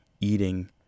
Eating